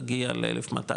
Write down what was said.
תגיע ל-1,200,